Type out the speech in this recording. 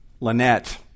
Lynette